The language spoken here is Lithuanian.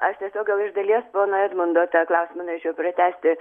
aš tiesiog gal iš dalies pono edmundo tą klausimą norėčiau pratęsti